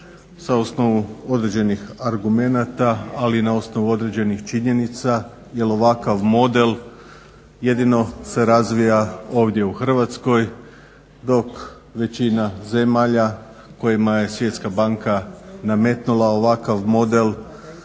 sa osnovu određenih argumenata, ali i na osnovu određenih činjenica jer ovakav model jedino se razvija ovdje u Hrvatskoj dok većina zemalja kojima je Svjetska banka nametnula ovakav model